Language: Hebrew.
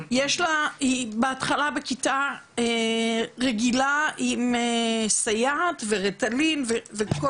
שבהתחלה בכיתה רגילה היא נמצאת עם סייעת ו"ריטלין" וכל